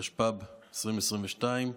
התשפ"ב 2022,